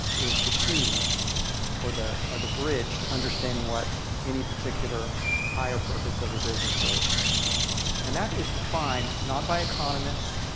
is the key or the or the bridge to understanding what any particular higher purpose of a business and that is defined not by economists.